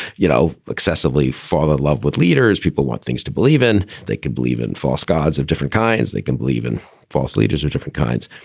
you know, excessively fall in love with leaders. people want things to believe in. they could believe in false gods of different kinds. they can believe in false leaders or different kinds.